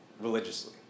religiously